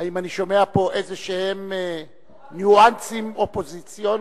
אני שומע פה איזשהם ניואנסים אופוזיציוניים?